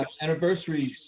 anniversaries